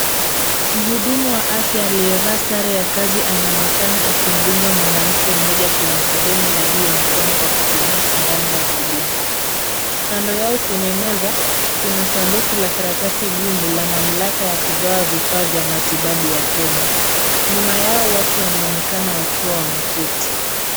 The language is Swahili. Mhudumu wa afya aliyevaa sare ya kazi, anaonekana akimdunga mwanamke mmoja kwenye sehemu ya juu ya mkono kwa kutumia sindano ya kudunga. Kando yao kwenye meza kuna sanduku la karatasi ngumu la mamlaka ya kugawa vifaa vya matibabu ya Kenya. Nyuma yao watu wanaonekana kuwa wameketi.